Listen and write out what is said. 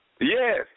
Yes